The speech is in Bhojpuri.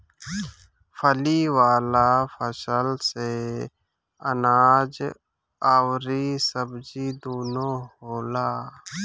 फली वाला फसल से अनाज अउरी सब्जी दूनो होला